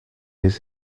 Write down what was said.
his